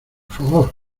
favor